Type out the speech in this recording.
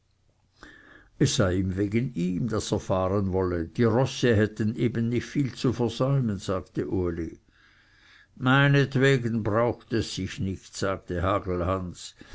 es sei wegen ihm daß er fahren wolle die rosse hätten eben nicht viel zu versäumen sagte uli meinetwegen braucht es sich nicht sagte